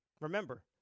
remember